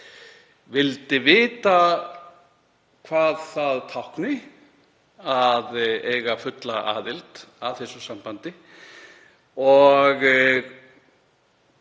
vildi vita hvað það táknaði að eiga fulla aðild að þessu sambandi og